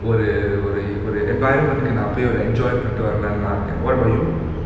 ஒரு ஒரு ஒரு:oru oru oru environment கான:kana enjoyment இருக்கலாம்னு நான் நினைக்கிறன்:irukalamnu naan ninaikiren what about you